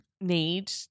need